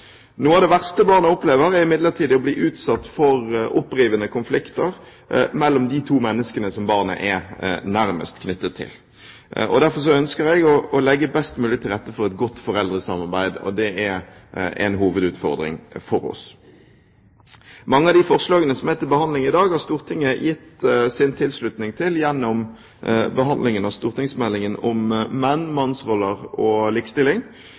Noe av det verste barna opplever, er imidlertid å bli utsatt for opprivende konflikter mellom de to menneskene som barnet er nærmest knyttet til. Derfor ønsker jeg å legge best mulig til rette for et godt foreldresamarbeid, og det er en hovedutfordring for oss. Mange av de forslagene som er til behandling i dag, har Stortinget gitt sin tilslutning til gjennom behandlingen av St.meld. nr. 8 for 2008–2009, Om menn, mannsroller og likestilling,